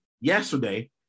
yesterday